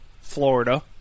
Florida